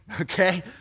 okay